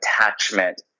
attachment